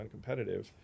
uncompetitive